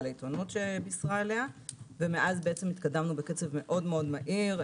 לעיתונות שבישרה עליה ומאז התקדמנו בקצב מאוד מהיר.